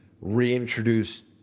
reintroduce